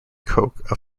coke